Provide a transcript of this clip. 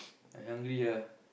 I hungry ah